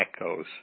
echoes